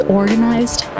organized